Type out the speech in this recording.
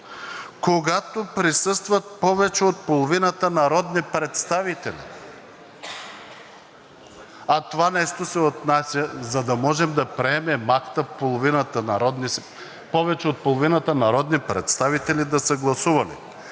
когато присъстват повече от половината народни представители, а това нещо се отнася, за да можем да приемем акта – повече от половината народни представители да са гласували.